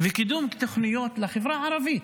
וקידום תוכניות לחברה הערבית,